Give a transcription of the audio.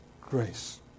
grace